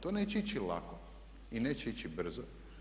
To neće ići lako i neće ići brzo.